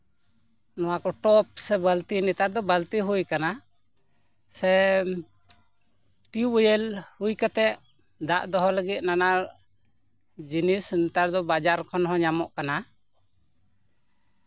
ᱱᱚᱣᱟ ᱠᱚ ᱴᱚᱯ ᱥᱮ ᱵᱟᱞᱛᱤ ᱱᱮᱛᱟᱨ ᱫᱚ ᱵᱟᱞᱛᱤ ᱦᱩᱭ ᱟᱠᱟᱱᱟ ᱥᱮ ᱴᱤᱭᱩᱵᱚᱭᱮᱞ ᱦᱩᱭ ᱠᱟᱛᱮ ᱫᱟᱜ ᱫᱚᱦᱚ ᱞᱟᱹᱜᱤᱫ ᱱᱟᱱᱟ ᱡᱤᱱᱤᱥ ᱱᱮᱛᱟᱨ ᱫᱚ ᱵᱟᱡᱟᱨ ᱠᱷᱚᱱ ᱦᱚᱸ ᱧᱟᱢᱚᱜ ᱠᱟᱱᱟ